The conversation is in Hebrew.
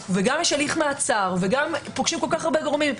וגם יש הליך מעצר וגם פוגשים כל כך הרבה גורמים,